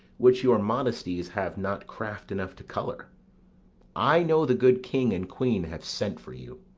which your modesties have not craft enough to colour i know the good king and queen have sent for you.